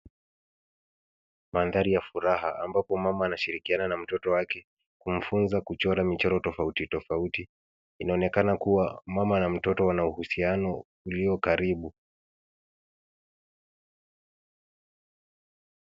Maadhari ya furaha, ambapo mama anashirikiana na mtoto wake kumfunza kuchora michoro tofauti tofauti, inaonekana kuwa mama na mtoto wake wanahuusiano ulio karibu.